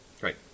Right